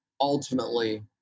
ultimately